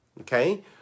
okay